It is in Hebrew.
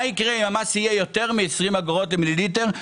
יקרה אם המס יהיה יותר מ-20 אגורות למיליליטר.